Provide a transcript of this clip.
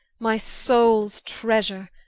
my soules treasure?